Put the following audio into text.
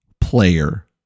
player